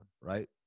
right